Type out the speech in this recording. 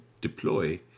deploy